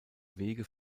wege